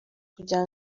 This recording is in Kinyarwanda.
kugira